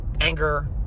anger